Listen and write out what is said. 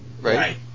right